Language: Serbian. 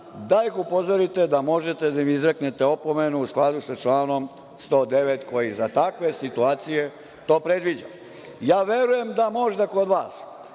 da ih upozorite da možete da im izreknete opomenu u skladu sa članom 109. koji za takve situacije to predviđa. Verujem da možda kod vas,